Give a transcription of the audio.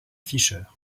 fischer